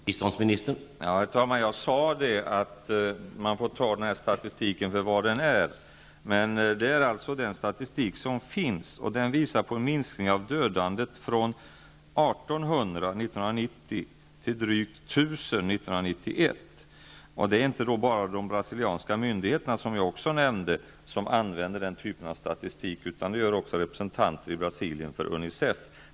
Herr talman! Jag sade att vi får ta statistiken för vad den är. Det är den statistik som finns. Den visar på en minskning av dödandet från 1 800 år 1990 till drygt 1 000 år 1991. Det är inte bara de brasilianska myndigheterna som använder den här statistiken, utan också representanter för UNICEF i Brasilien.